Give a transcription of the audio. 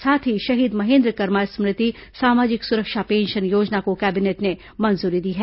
साथ ही शहीद महेन्द्र कर्मा स्मृति सामाजिक सुरक्षा पेंशन योजना को कैबिनेट ने मंजूरी दी है